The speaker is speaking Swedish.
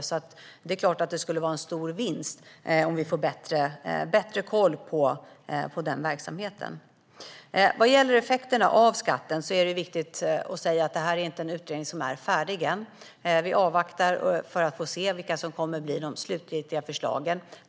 Det skulle såklart vara en stor vinst om vi kan få bättre koll på den verksamheten. Vad gäller effekterna av skatten är det viktigt att säga att utredningen inte är färdig än. Vi avvaktar för att se vilka de slutgiltiga förslagen blir.